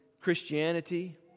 Christianity